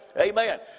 amen